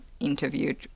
interviewed